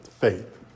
faith